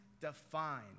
define